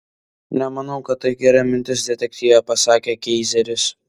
nemanau kad tai gera mintis detektyve pasakė keizeris